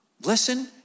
listen